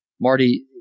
Marty